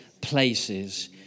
places